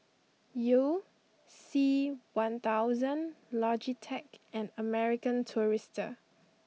you C one thousand Logitech and American Tourister